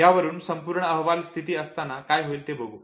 याउलट अपूर्ण अहवाल स्थिती असताना काय होईल हे बघू